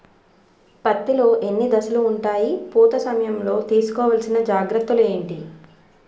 పత్తి లో ఎన్ని దశలు ఉంటాయి? పూత సమయం లో తీసుకోవల్సిన జాగ్రత్తలు ఏంటి?